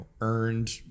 earned